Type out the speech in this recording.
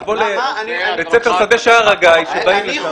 לבוא לבית ספר שדה שער הגיא --- לשיטתי